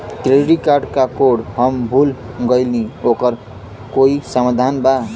Credit card क code हम भूल गइली ओकर कोई समाधान बा?